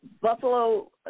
Buffalo